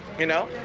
you know,